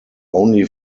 only